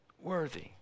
worthy